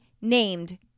named